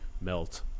melt